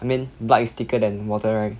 I mean blood is thicker than water right